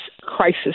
crisis